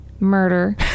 Murder